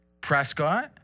Prescott